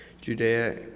Judea